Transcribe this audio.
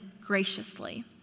graciously